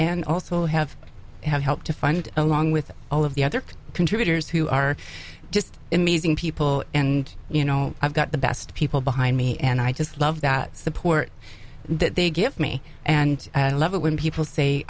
and also have helped to fund along with all of the other contributors who are just in meeting people and you know i've got the best people behind me and i just love that support that they give me and i love it when people say